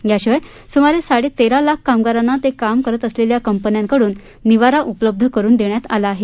याशिवाय सुमारे साडेतेरा लाख कामगारांना ते काम करत असलेल्या कंपन्यांकडून निवारा उपलब्ध करून देण्यात आला आहे